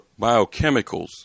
biochemicals